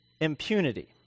impunity